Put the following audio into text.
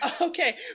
okay